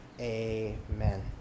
Amen